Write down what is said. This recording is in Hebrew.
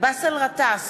באסל גטאס,